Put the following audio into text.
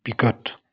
बिकट